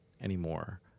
anymore